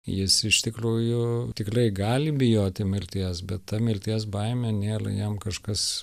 jis iš tikrųjų tikrai gali bijoti mirties bet ta mirties baimė nėra jam kažkas